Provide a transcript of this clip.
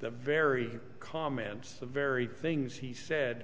the very comments very things he said